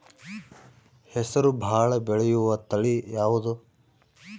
ಹೆಸರು ಭಾಳ ಬೆಳೆಯುವತಳಿ ಯಾವದು?